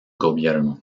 gobierno